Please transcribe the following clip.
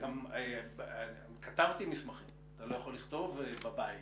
גם כתבתי מסמכים, אתה לא יכול לכתוב בבית.